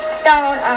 stone